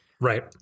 Right